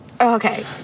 okay